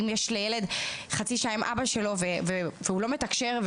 אם יש לילד חצי שעה עם אבא שלו והוא לא מתקשר,